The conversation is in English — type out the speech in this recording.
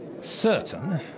certain